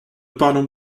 parlons